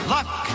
Luck